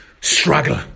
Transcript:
struggle